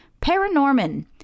Paranorman